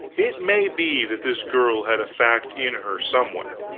it may be that this girl had a fact in her somewhere,